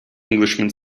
englishman